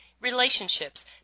relationships